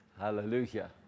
Hallelujah